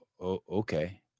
Okay